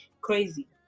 crazy